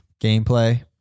gameplay